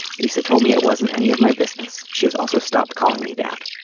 lisa told me it wasn't any of my business. she has also stopped calling me dad.